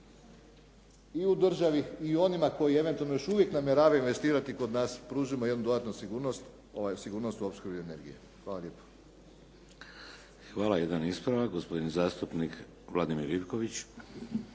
i u državi i u onima koji eventualno još uvijek namjeravaju investirati kod nas, pružimo jednu dodatnu sigurnost, sigurnost u opskrbi energije. Hvala lijepo. **Šeks, Vladimir (HDZ)** Hvala. Jedan ispravak. Gospodin zastupnik Vladimir Ivković.